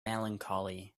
melancholy